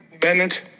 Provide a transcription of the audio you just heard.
Bennett